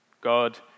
God